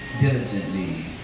diligently